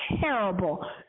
terrible